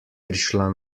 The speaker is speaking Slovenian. prišla